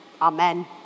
Amen